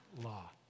law